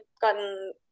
gotten